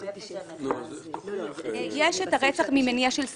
יש את הרצח ממניע של שנאה.